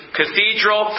cathedral